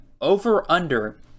over-under